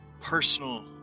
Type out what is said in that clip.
personal